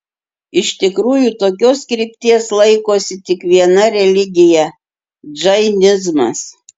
iš tikrųjų tokios krypties laikosi tik viena religija džainizmas